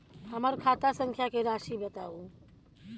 हमर खाता संख्या के राशि बताउ